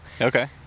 okay